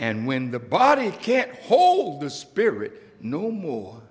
and when the body can't hold the spirit no more